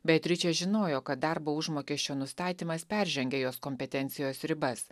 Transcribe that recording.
beatričė žinojo kad darbo užmokesčio nustatymas peržengė jos kompetencijos ribas